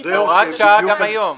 זו הוראת שעה גם היום.